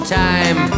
time